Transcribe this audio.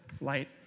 light